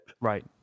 Right